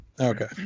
Okay